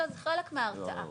אלא זה חלק מההרתעה.